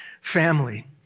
family